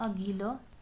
अघिल्लो